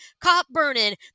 cop-burning